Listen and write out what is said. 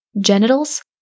genitals